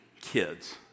kids